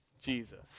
Jesus